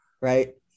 Right